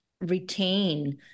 retain